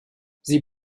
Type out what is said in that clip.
sie